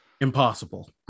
impossible